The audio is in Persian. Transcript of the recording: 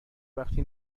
وقتی